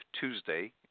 Tuesday